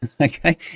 okay